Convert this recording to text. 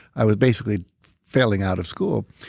i was basically failing out of school.